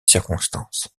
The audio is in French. circonstances